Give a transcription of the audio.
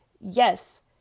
yes